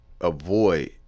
avoid